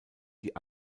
die